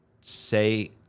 say